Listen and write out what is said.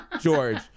George